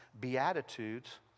Beatitudes